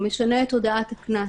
הוא משנה את הודעת הקנס,